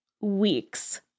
weeks